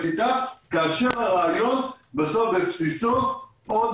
כאשר הרעיון בבסיסו --- זה על